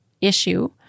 issue